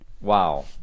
wow